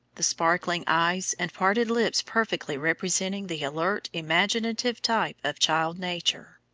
the sparkling eyes and parted lips perfectly representing the alert, imaginative type of child nature.